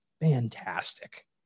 fantastic